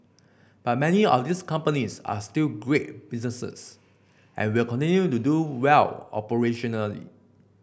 but many of these companies are still great businesses and will continue to do well operationally